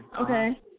Okay